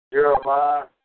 Jeremiah